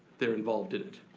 they're involved in it.